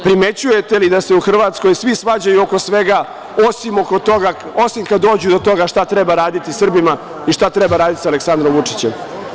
Primećujete li da se u Hrvatskoj svi svađaju oko svega, osim kada dođu do toga šta treba raditi Srbima i šta treba raditi sa Aleksandrom Vučićem.